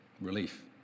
Relief